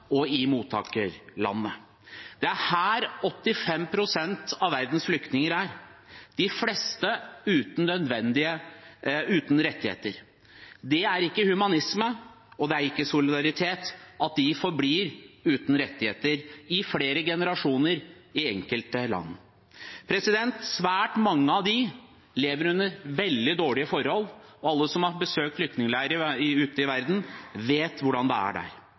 og i mottakerlandene. Det er her 85 pst. av verdens flyktninger er, de fleste uten rettigheter. Det er ikke humanisme, og det er ikke solidaritet at de forblir uten rettigheter – i flere generasjoner i enkelte land. Svært mange av dem lever under veldig dårlige forhold. Alle som har besøkt flyktningleirer ute i verden, vet hvordan det er der.